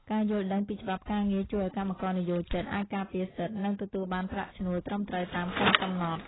ការយល់ដឹងពីច្បាប់ការងារជួយឱ្យកម្មករនិយោជិតអាចការពារសិទ្ធិ និងទទួលបានប្រាក់ឈ្នួលត្រឹមត្រូវតាមការកំណត់។